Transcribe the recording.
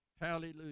Hallelujah